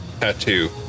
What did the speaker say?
tattoo